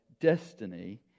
destiny